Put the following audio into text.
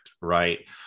right